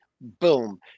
boom